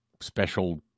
special